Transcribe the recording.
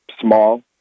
small